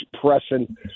pressing